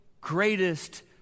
greatest